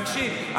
תקשיב,